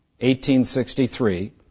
1863